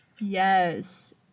Yes